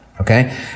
Okay